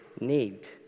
need